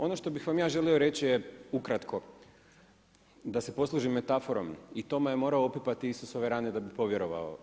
Ono što bih vam ja želio reći je ukratko, da se poslužim metaforom i Toma je morao opipati Isusove rane da bi povjerovao.